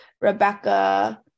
Rebecca